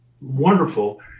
wonderful